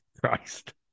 Christ